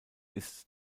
ist